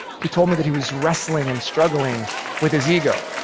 he told me that he was wrestling and struggling with his ego,